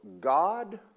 God